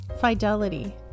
Fidelity